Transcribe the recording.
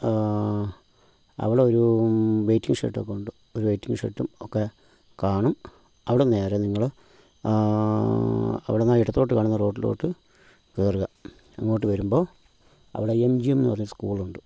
അവിടെ ഒരു waiting shed ഒക്കെ ഉണ്ട് ഒരു വെയിറ്റിംഗ് ഷെഡും ഒക്കെ കാണും അവിടെ നിന്ന് നേരെ നിങ്ങള് അവിടുന്ന് ഇടത്തോട്ട് കാണുന്ന റോട്ടിലോട്ട് കയറുക ഇങ്ങോട്ട് വരുമ്പോൾ അവിടെ എം ജി എം എന്ന് പറയുന്ന സ്കൂൾ ഉണ്ട്